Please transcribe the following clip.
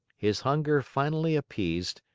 his hunger finally appeased,